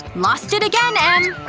lost it again, em!